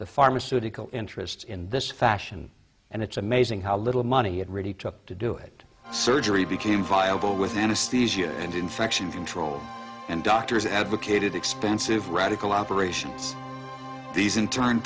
the pharmaceutical interests in this fashion and it's amazing how little money it really took to do it surgery became viable with anesthesia and infection control and doctors advocated expensive radical operations these in turn